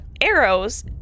arrows